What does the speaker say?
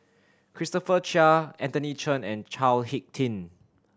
Christopher Chia Anthony Chen and Chao Hick Tin